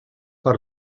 per